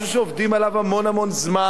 משהו שעובדים עליו המון-המון זמן.